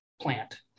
plant